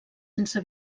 sense